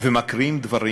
ומקריאים דברים